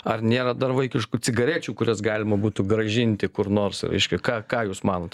ar nėra dar vaikiškų cigarečių kurias galima būtų grąžinti kur nors reiškia ką ką jūs manot